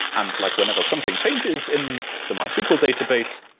and like whenever something changes in the mysql database,